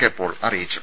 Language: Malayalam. കെ പോൾ അറിയിച്ചു